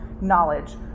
knowledge